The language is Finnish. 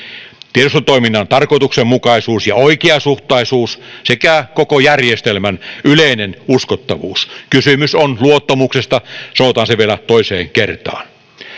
tiedustelutoiminnan tarkoituksenmukaisuus ja oikeasuhtaisuus sekä koko järjestelmän yleinen uskottavuus kysymys on luottamuksesta sanotaan se vielä toiseen kertaan